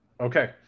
Okay